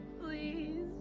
Please